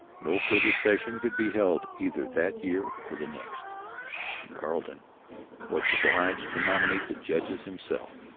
no further session could be held either that year or the next and carleton was obliged to nominate the judges himself.